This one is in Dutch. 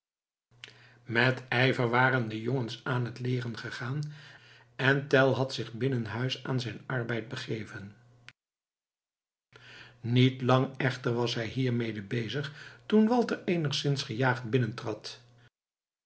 met ijver waren de jongens aan het leeren gegaan en tell had zich binnenhuis aan zijn arbeid begeven niet lang echter was hij hiermede bezig toen walter enigszins gejaagd